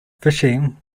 fishing